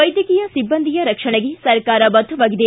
ವೈದ್ಯಕೀಯ ಸಿಬ್ಬಂದಿಯ ರಕ್ಷಣೆಗೆ ಸರ್ಕಾರ ಬದ್ದವಾಗಿದೆ